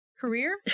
Career